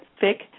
thick